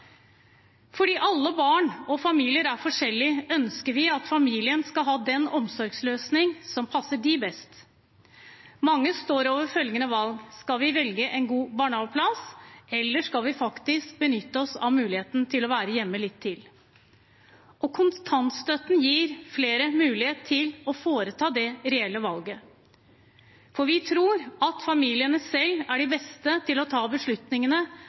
Fordi alle barn og familier er forskjellige, ønsker vi at familien skal ha den omsorgsløsningen som passer dem best. Mange står overfor følgende valg: Skal vi velge en god barnehageplass, eller skal vi faktisk benytte oss av muligheten til å være hjemme litt til? Kontantstøtten gir flere mulighet til å foreta det reelle valget. Vi tror at familiene selv er de beste til å ta beslutningene